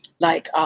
like, ah